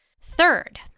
Third